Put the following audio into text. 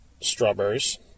strawberries